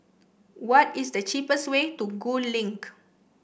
what is the cheapest way to Gul Link